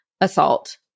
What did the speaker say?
assault